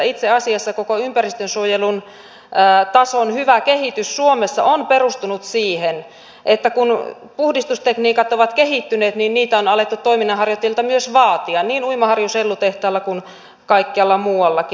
itse asiassa koko ympäristönsuojelun tason hyvä kehitys suomessa on perustunut siihen että kun puhdistustekniikat ovat kehittyneet niin niitä on alettu toiminnanharjoittajilta myös vaatia niin uimaharjun sellutehtaalla kuin kaikkialla muuallakin